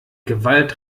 gewalt